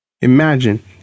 Imagine